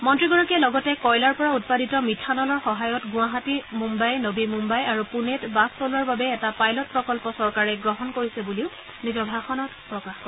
মন্ত্ৰীগৰাকীয়ে লগতে কয়লাৰ পৰা উৎপাদিত মিথানলৰ সহায়ত গুৱাহাটী মুম্বাই নবী মুম্বাই আৰু পুনেত বাছ চলোৱাৰ বাবে এটা পাইলট প্ৰকম্প চৰকাৰে গ্ৰহণ কৰিছে বুলিও নিজৰ ভাষণত প্ৰকাশ কৰে